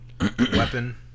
weapon